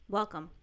Welcome